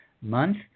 month